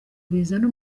bizana